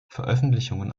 veröffentlichungen